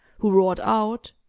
who roared out,